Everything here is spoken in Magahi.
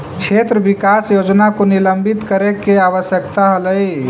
क्षेत्र विकास योजना को निलंबित करे के आवश्यकता हलइ